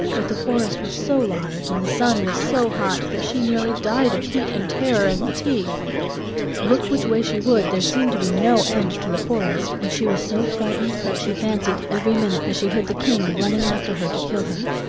but the forest was so large and the sun was so hot that she nearly died of heat and terror and fatigue look which way she would there seemed to be no end to the forest, and she was so frightened that she fancied every minute that she heard the king running after her to kill her.